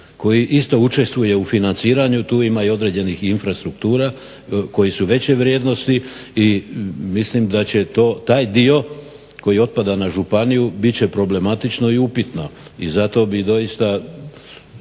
koji isto učestvuju u financiranju. Tu ima i određenih infrastruktura koji su veće vrijednosti. I mislim da će taj dio koji otpada na županiju bit će problematično i upitno. I zato bi doista